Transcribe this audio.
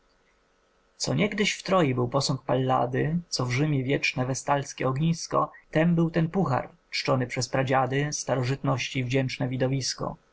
co niegdyś w troi był posąg pallady co w rzymie wieczne westalskie ognisko tym był ten puhar czczony przez pradziady starożytności wdzięczne widowisko